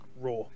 Raw